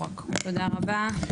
תודה רבה.